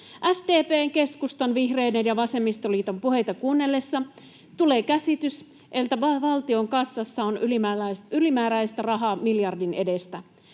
SDP:n, keskustan, vihreiden ja vasemmistoliiton puheita kuunnellessa tulee käsitys, että valtion kassassa on ylimääräistä rahaa miljardin edestä.